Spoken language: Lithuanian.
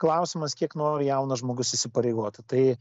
klausimas kiek nori jaunas žmogus įsipareigoti tai